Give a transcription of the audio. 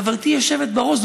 חברתי היושבת-ראש,